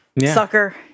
Sucker